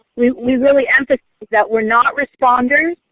we we really emphasize that we are not responders.